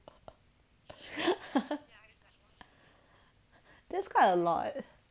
that's quite a lot